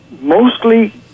mostly